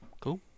cool